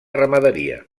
ramaderia